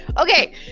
Okay